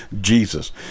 jesus